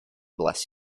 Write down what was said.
bless